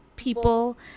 people